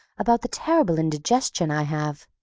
about the terrible indigestion i have.